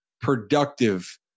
productive